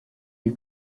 you